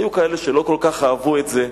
היו כאלה שלא כל כך אהבו את זה,